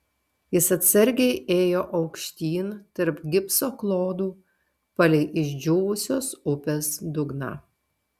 jis atsargiai ėjo aukštyn tarp gipso klodų palei išdžiūvusios upės dugną